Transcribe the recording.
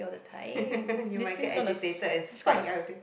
you might get agitated and spike